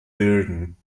bilden